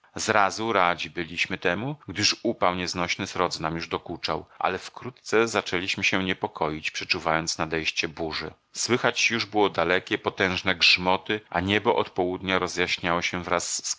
zrazu radzi byliśmy temu gdyż upał nieznośny srodze nam już dokuczał ale wkrótce zaczęliśmy się niepokoić przeczuwając nadejście burzy słychać już było dalekie potężne grzmoty a niebo od południa rozjaśniało się raz wraz